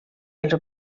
els